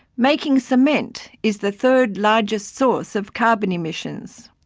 making cement is the third largest source of carbon emissions.